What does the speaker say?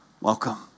Welcome